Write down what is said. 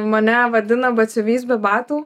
mane vadina batsiuvys be batų